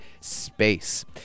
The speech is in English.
space